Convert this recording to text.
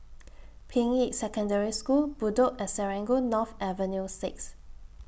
Ping Yi Secondary School Bedok and Serangoon North Avenue six